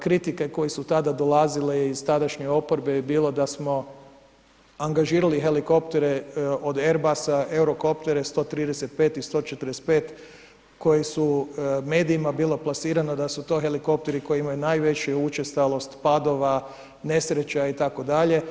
Kritike koje su tada dolazile iz tadanje oporbe je bilo da smo angažirali helikoptere od Airbus Eurocoptere 135 i 145 koji su medijima bilo plasirano da su to helikopteri koji imaju najveću učestalost padova, nesreća itd.